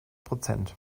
prozent